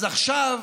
אז עכשיו